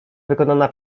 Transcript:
wykonana